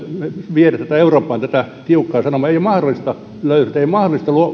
viedä eurooppaan tätä tiukkaa sanomaa ei ole mahdollista löysätä ei ole mahdollista